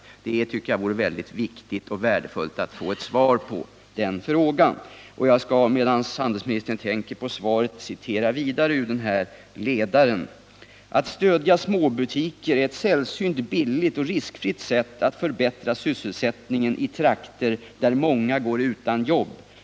Jag tycker att det vore mycket värdefullt att få ett svar på den frågan. Medan handelsministern tänker på svaret skall jag citera ytterligare ur Dagens Nyheters ledare: ”Att stödja småbutiker är ett sällsynt billigt och riskfritt sätt att förbättra sysselsättningen i trakter där många går utan jobb.